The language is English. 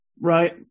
Right